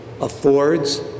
affords